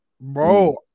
bro